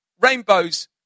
rainbows